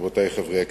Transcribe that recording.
רבותי חברי הכנסת,